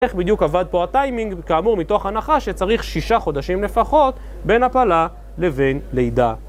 איך בדיוק עבד פה הטיימינג כאמור מתוך הנחה שצריך שישה חודשים לפחות בין הפעלה לבין לידה